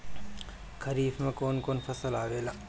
खरीफ में कौन कौन फसल आवेला?